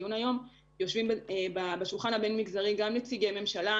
יושבים בשולחן הבין מגזרי גם נציגי ממשלה,